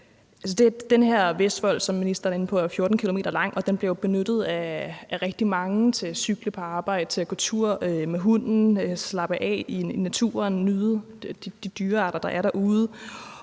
Vestvolden 14 km lang, og den bliver jo benyttet af rigtig mange til at cykle på arbejde og til at gå tur med hunden eller slappe i naturen og nyde de dyrearter, der er derude.